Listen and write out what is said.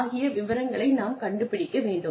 ஆகிய விவரங்களை நாம் கண்டுபிடிக்க வேண்டும்